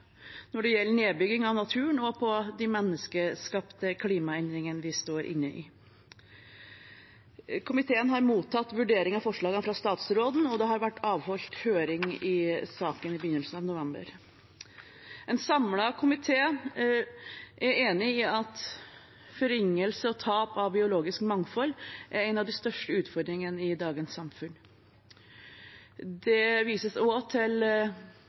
nedbygging av naturen og de menneskeskapte klimaendringene vi er inne i. Komiteen har mottatt en vurdering av forslagene fra statsråden, og det ble avholdt høring i saken i begynnelsen av november. En samlet komité er enig i at forringelse og tap av biologisk mangfold er en av de største utfordringene i dagens samfunn. Det vises også til